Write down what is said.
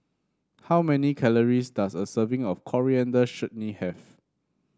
how many calories does a serving of Coriander Chutney have